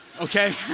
okay